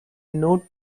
note